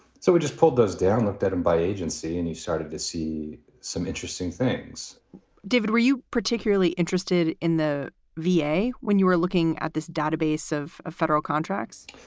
so we just pulled those down, left them um by agency. and you started to see some interesting things david, were you particularly interested in the v a. when you were looking at this database of ah federal contracts?